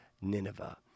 Nineveh